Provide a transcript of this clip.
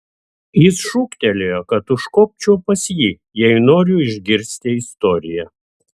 jis šūktelėjo kad užkopčiau pas jį jei noriu išgirsti istoriją